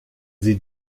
sie